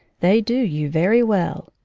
they do you very well,